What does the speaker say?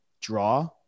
draw